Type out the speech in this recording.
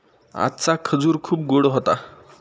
आजचा खजूर खूप गोड होता